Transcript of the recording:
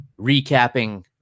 recapping